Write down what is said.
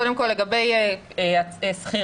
קודם כל לגבי השכירים,